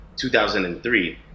2003